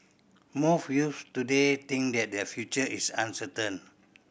most youths today think that their future is uncertain